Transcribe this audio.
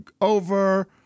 over